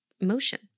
motion